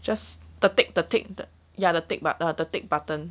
just the tick the tick the ya the tick but~ the tick button